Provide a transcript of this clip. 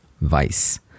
vice